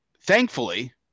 Thankfully